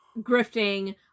grifting